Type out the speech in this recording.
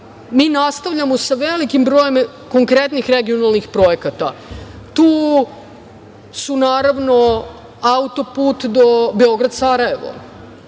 mi nastavljamo sa velikim brojem konkretnih regionalnih projekata. Tu su naravno, auto-put Beograd – Sarajevo